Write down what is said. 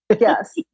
Yes